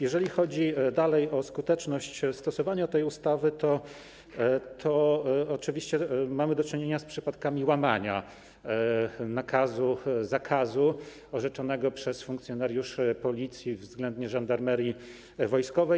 Jeżeli chodzi o skuteczność stosowania tej ustawy, to oczywiście mamy do czynienia z przypadkami łamania nakazu lub zakazu orzeczonego przez funkcjonariuszy Policji względnie Żandarmerii Wojskowej.